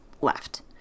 left